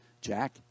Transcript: Jack